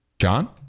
John